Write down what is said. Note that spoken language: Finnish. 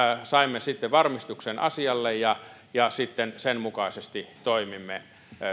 saimme sitten varmistuksen asialle ja ja sitten sen mukaisesti toimimme